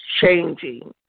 changing